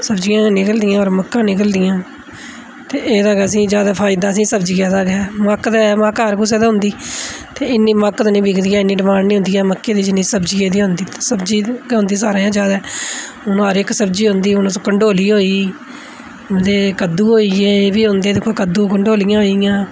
सब्जियां ते निकलदियां होर मक्कां निकलदियां ते एह्दा गै असेंगी ज्यादा फायदा असेंगी सब्जिया दा गै मक्क ते मक्क हर कुसै दे होंदी ते इन्नी मक्क ते निं बिकदी ऐ इन्नी डिमांड नेईं होंदी ऐ मक्कै दी जिन्नी सब्जियै दी होंदी सब्जी गै होंदी सारे कशा ज्यादा हून हर इक सब्जी होंदी हून कंडोली होई गेई ते कद्दूं होई गे एह् बी होंदे दिक्खो कदू कंडोलिया होई गेइयां